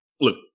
look